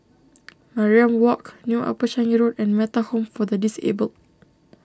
Mariam Walk New Upper Changi Road and Metta Home for the Disabled